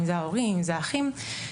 ההורים או האחים,